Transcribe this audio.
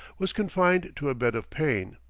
was confined to a bed of pain.